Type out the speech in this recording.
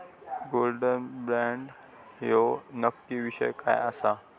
Gold bond ह्यो नक्की विषय काय आसा?